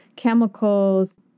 chemicals